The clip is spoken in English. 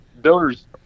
builders